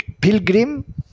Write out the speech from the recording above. pilgrim